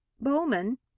Bowman